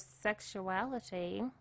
sexuality